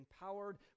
empowered